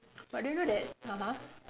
but do you know that (uh huh)